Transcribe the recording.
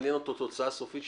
מעניינת אותו התוצאה הסופית,